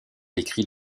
écrit